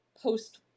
post